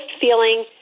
feeling